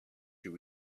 you